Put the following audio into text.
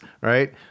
right